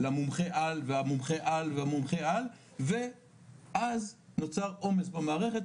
למומחה על והמומחה על והמומחה על ואז נוצר עומס במערכת,